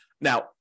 now